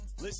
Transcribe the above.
listen